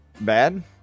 bad